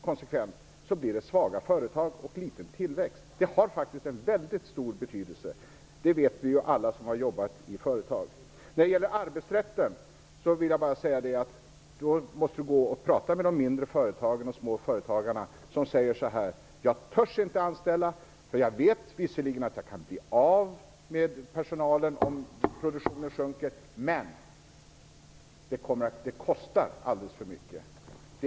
Konsekvensen blir svaga företag och liten tillväxt. Det har faktiskt mycket stor betydelse. Det vet vi alla som har jobbat i ett företag. När det gäller arbetsrätten vill jag bara säga att Bo Bernhardsson måste prata med småföretagarna och de mindre företagen som säger att man inte törs anställa. De vet visserligen att de kan bli av med personalen om produktionen sjunker men att det kostar alltför mycket.